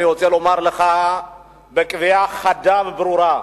אני רוצה לומר לך בקביעה חדה וברורה: